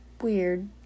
weird